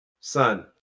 Son